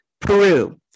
Peru